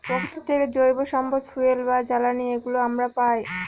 প্রকৃতি থেকে জৈব সম্পদ ফুয়েল বা জ্বালানি এগুলো আমরা পায়